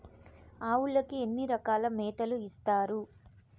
ఆవులకి ఎన్ని రకాల మేతలు ఇస్తారు?